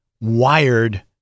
wired